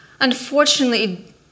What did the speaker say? Unfortunately